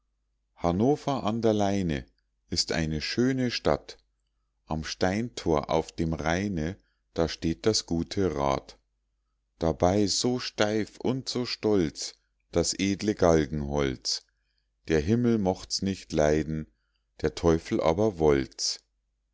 hannover an der leine ist eine schöne stadt am steintor auf dem raine da steht das gute rad dabei so steif und stolz das edle galgenholz der himmel mocht's nicht leiden der teufel aber wollt's